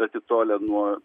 atitolę nuo